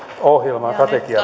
ohjelman